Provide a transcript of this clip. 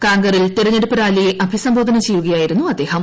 കാങ്കറിൽ തെരഞ്ഞെടുപ്പ് റാലിയെ അഭിസംബോധ്യ് ചെയ്യുകയായിരുന്നു അദ്ദേഹം